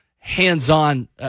hands-on